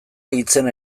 hitzen